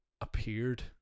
appeared